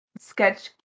sketch